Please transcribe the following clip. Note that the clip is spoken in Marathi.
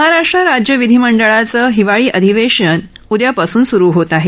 महाराष्ट्र राज्य विधीमंडळाचे हिवाळी अधिवेशन उद्यापासून सुरु होत आहे